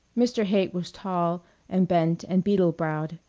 mr. haight was tall and bent and beetle-browed.